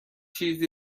چیزی